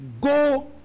go